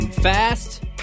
Fast